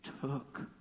took